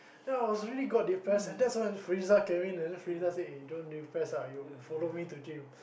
then I was really got depress that's when Friza came in man then Friza said eh don't depress ah you follow me to gym